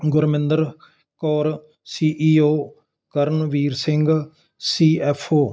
Gurminder Kaur C E O Karanveer Singh C F O